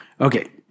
Okay